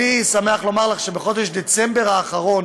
אני שמח לומר שבחודש דצמבר האחרון